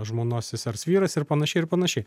žmonos sesers vyras ir panašiai ir panašiai